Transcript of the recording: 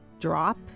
drop